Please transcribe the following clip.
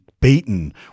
beaten